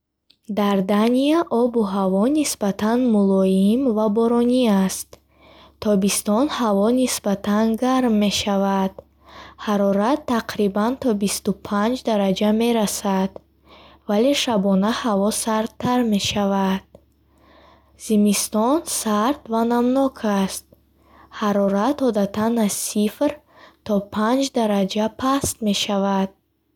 Дар Дания обу ҳаво нисбатан мулоим ва боронӣ аст. Тобистон ҳаво нисбатан гарм мешавад, ҳарорат тақрибан то бисту панҷ дараҷа мерасад, вале шабона ҳаво сардтар мешавад. Зимистон сард ва намнок аст, ҳарорат одатан аз сифр то панҷ дараҷа паст мешавад.